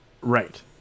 Right